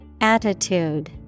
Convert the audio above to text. Attitude